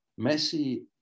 Messi